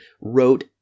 wrote